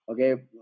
okay